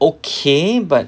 okay but